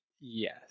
yes